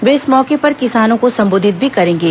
वे इस मौर्क पर किसानों को संबोधित भी करेंगे